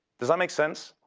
does that make sense?